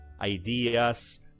ideas